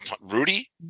Rudy